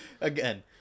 again